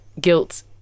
guilt